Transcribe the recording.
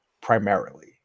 primarily